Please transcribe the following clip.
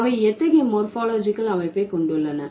அவை எத்தகைய மோர்பாலஜிகல் அமைப்பை கொண்டுள்ளன